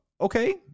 okay